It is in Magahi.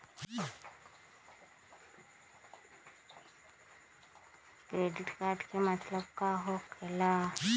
क्रेडिट कार्ड के मतलब का होकेला?